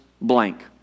blank